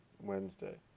Wednesday